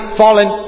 fallen